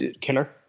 killer